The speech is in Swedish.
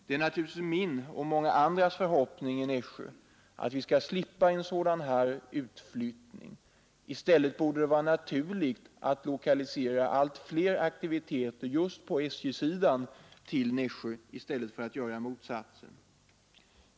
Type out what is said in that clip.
Det är naturligtvis min och många andras förhoppning i Nässjö att vi skall slippa en sådan här utflyttning. I stället borde det vara naturligt att lokalisera allt fler aktiviteter just på SJ-sidan till Nässjö i stället för att göra motsatsen.